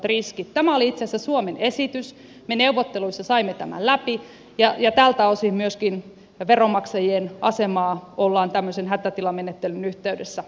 tämä oli itse asiassa suomen esitys me neuvotteluissa saimme tämän läpi ja tältä osin myöskin veronmaksajien asemaa ollaan tämmöisen hätätilamenettelyn yhteydessä turvaamassa